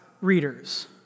readers